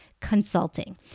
consulting